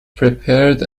prepared